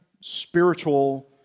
spiritual